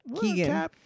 Keegan